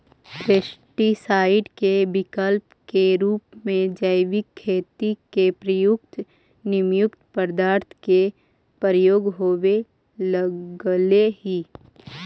pesticide के विकल्प के रूप में जैविक खेती में प्रयुक्त नीमयुक्त पदार्थ के प्रयोग होवे लगले हि